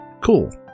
Cool